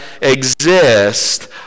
exist